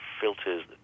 filters